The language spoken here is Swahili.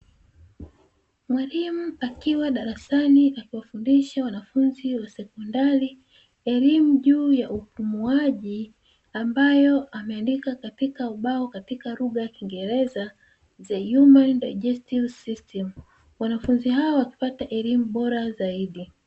Mwalimu akiwa darasani akiwafundisha wanafunzi wa sekondari, elimu juu ya upumuaji ambayo ameandika katika ubao katika lugha ya kiingereza "THE HUMAN DIGESTIVE SYSTEM". Wanafunzi hao wakipata elimu bora zaidi.